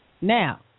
Now